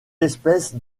espèces